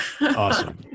Awesome